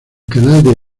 canal